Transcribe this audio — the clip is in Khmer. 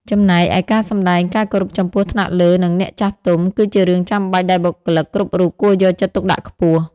ចំណែកឯការសម្ដែងការគោរពចំពោះថ្នាក់លើ និងអ្នកចាស់ទុំ គឺជារឿងចាំបាច់ដែលបុគ្គលិកគ្រប់រូបគួរយកចិត្តទុកដាក់ខ្ពស់។